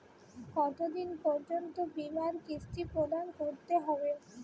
কতো দিন পর্যন্ত বিমার কিস্তি প্রদান করতে হবে?